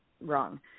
wrong